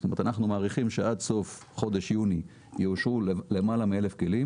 זאת אומרת אנחנו מעריכים שעד סוף חודש יוני יאושרו למעלה מ-1,000 כלים,